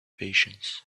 patience